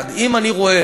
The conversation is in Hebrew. אם אני רואה